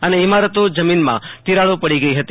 અને ઈમારતો જમીનમાં તિરાડો પડી ગઈ હતી